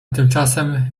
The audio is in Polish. tymczasem